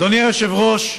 אדוני היושב-ראש,